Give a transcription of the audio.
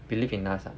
believe in us lah